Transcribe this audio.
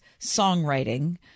songwriting